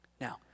Now